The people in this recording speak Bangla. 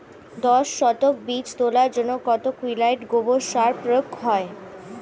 দশ শতক বীজ তলার জন্য কত কুইন্টাল গোবর সার প্রয়োগ হয়?